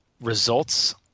results